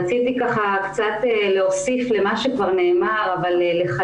רציתי להוסיף קצת למה שכבר נאמר ולחדד.